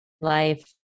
life